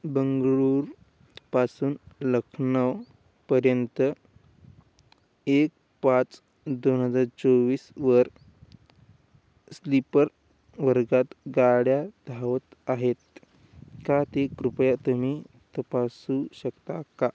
बेंगळुरू पासून लखनौ पर्यंत एक पाच दोन हजार चोवीसवर स्लीपर वर्गात गाड्या धावत आहेत का ते कृपया तुम्ही तपासू शकता का